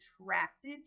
attracted